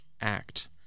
act